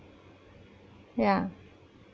ya